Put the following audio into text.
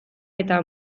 eta